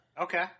Okay